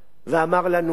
אם אתם רוצים